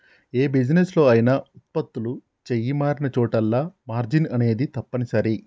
యే బిజినెస్ లో అయినా వుత్పత్తులు చెయ్యి మారినచోటల్లా మార్జిన్ అనేది తప్పనిసరి